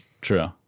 True